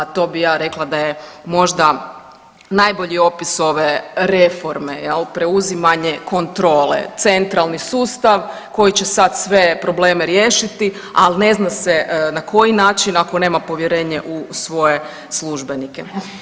To bi ja rekla da je možda najbolji opis ove reforme jel, preuzimanje kontrole, centralni sustav koji će sad sve probleme riješiti ali ne zna se na koji način ako nema povjerenje u svoje službenike.